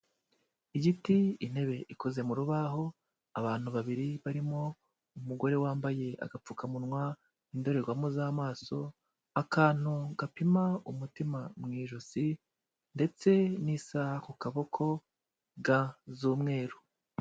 Igiti, intebe ikoze mu rubaho, abantu babiri barimo umugore wambaye agapfukamunwa, indorerwamo z'amaso, akantu gapima umutima mu ijosi ndetse n'isaha ku kaboko, ga z'umweru.